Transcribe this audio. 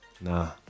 nah